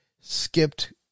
skipped